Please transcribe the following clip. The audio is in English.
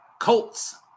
Colts